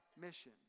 mission